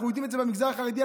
אנחנו יודעים את זה במגזר החרדי,